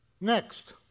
next